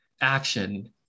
action